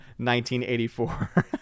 1984